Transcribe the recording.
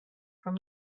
from